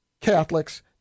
Catholics